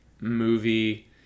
movie